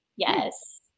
yes